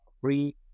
free